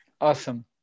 awesome